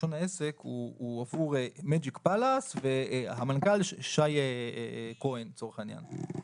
רישיון העסק הוא עבור מג'יק פאלאס והמנכ"ל שי כהן לצורך העניין.